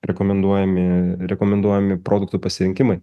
rekomenduojami rekomenduojami produktų pasirinkimai